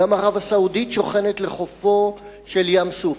גם ערב הסעודית שוכנת לחופו של ים-סוף.